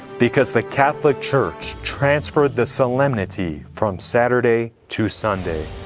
because the catholic church transferred the solemnity from saturday to sunday.